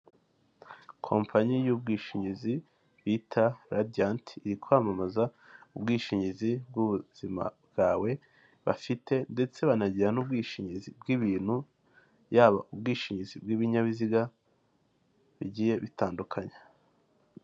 Kompanyi y'ubwishingizi bita Radiyanti, iri kwamamaza ubwishingizi bw'ubuzima bwawe, bafite ndetse banagira n'ubwishingizi bw'ibintu, yaba ubwishingizi bw'ibinyabiziga bigiye bitandukanye.